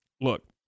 Look